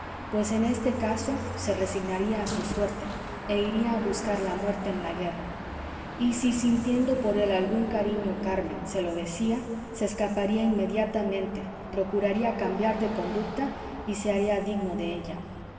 pues en este caso se resignaría a su suerte e iría a buscar la muerte en la guerra y si sintiendo por él algún cariño carmen se lo decía se escaparía inmediatamente procuraría cambiar de conducta y se haría digno de ella